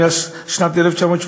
משנת 1982,